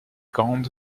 grande